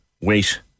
wait